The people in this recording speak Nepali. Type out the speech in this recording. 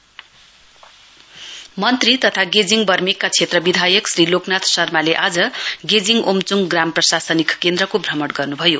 मिनिस्टर भिजिट मन्त्री तथा गेजिङ बर्मेकका क्षेत्र विधायक श्री लोकनाथ शर्माले आज गेजिङ आमेचुङ ग्राम प्रशासनिक केन्द्रको भ्रमण गर्नुभयो